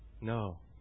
No